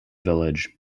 village